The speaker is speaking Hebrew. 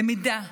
למידה,